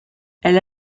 elle